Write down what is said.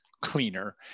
cleaner